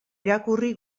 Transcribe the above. irakurri